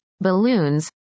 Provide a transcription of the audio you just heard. balloons